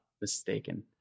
mistaken